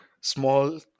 Small